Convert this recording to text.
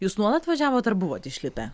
jūs nuolat važiavot ar buvot išlipę